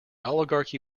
oligarchy